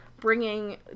bringing